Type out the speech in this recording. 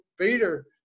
peter